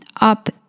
up